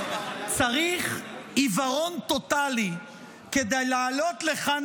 צריך עיוורון טוטאלי כדי לעלות לכאן,